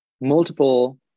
multiple